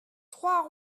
trois